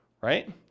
right